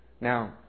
Now